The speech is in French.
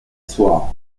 soir